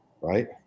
right